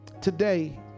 today